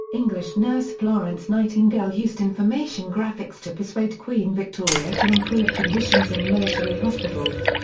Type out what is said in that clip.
english nurse florence nightingale used information graphics to persuade queen victoria to improve conditions in military hospitals.